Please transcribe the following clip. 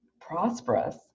prosperous